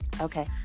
Okay